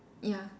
ya